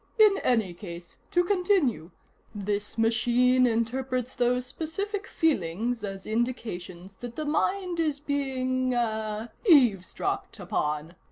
in any case, to continue this machine interprets those specific feelings as indications that the mind is being ah eavesdropped upon.